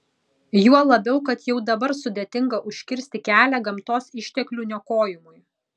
juo labiau kad jau dabar sudėtinga užkirsti kelią gamtos išteklių niokojimui